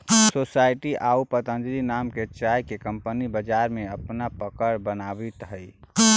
society आउ पतंजलि नाम के चाय के कंपनी बाजार में अपन पकड़ बनावित हइ